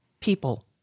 people